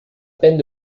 peine